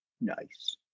Nice